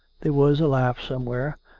there was a laugh somewhere.